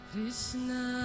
Krishna